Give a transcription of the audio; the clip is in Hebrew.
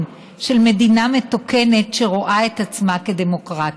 של מדינה מתוקנת שרואה את עצמה כדמוקרטית.